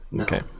okay